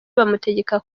bamutegeka